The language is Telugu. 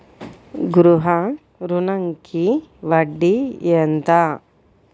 గృహ ఋణంకి వడ్డీ ఎంత?